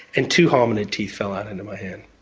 and two hominid teeth fell out into my hand.